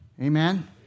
Amen